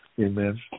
Amen